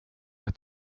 att